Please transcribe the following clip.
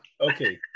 Okay